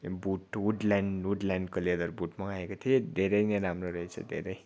boot Woodland हुडल्यान्डको leather boot मगाएको थिएँ धेरै नै राम्रो रहेछ धेरै